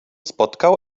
spotkał